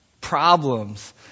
problems